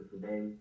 today